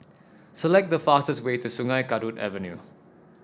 select the fastest way to Sungei Kadut Avenue